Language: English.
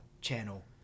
channel